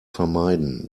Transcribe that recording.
vermeiden